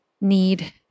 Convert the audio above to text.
need